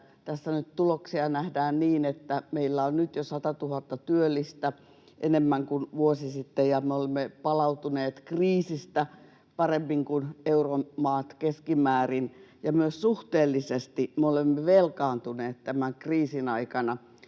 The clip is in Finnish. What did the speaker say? tuloksia nähdään niin, että meillä on nyt jo 100 000 työllistä enemmän kuin vuosi sitten ja me olemme palautuneet kriisistä paremmin kuin euromaat keskimäärin ja myös suhteellisesti velkaantuneet tämän kriisin aikana